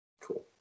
Cool